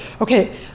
okay